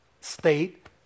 state